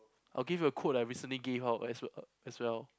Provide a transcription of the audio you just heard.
I'll give you a quote that I recently gave out as as well